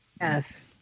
Yes